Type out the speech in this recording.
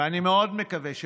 ואני מאוד מקווה שלא,